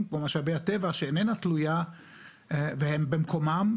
כמו משאבי הטבע שאיננה תלויה והם במקומם,